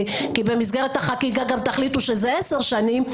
כי במסגרת החקיקה גם תחליטו שזה עשר שנים,